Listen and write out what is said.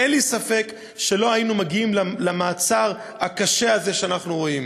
אין לי ספק שלא היינו מגיעים למעצר הקשה הזה שאנחנו רואים.